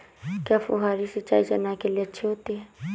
क्या फुहारी सिंचाई चना के लिए अच्छी होती है?